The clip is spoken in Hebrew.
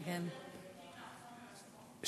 אבל אומרים שהאדים יותר מזיקים מהחומר עצמו.